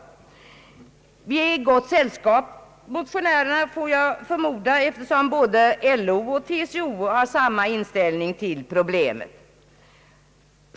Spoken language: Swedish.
Vi motionärer är i gott sällskap, får jag förmoda, eftersom både LO och TCO har samma inställning till jproblemet som vi har.